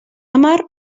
hamar